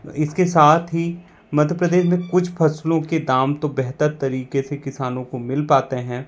इस के साथ ही मध्य प्रदेश में कुछ फ़सलों के दाम तो बेहतर तरीक़े से किसानों को मिल पाते हैं